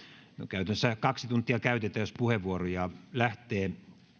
käytännössä kaksi tuntia käytetään jos puheenvuoroja lähtee